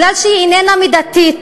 כי היא איננה מידתית.